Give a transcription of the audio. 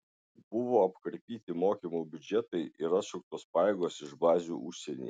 buvo apkarpyti mokymo biudžetai ir atšauktos pajėgos iš bazių užsienyje